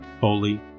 holy